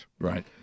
Right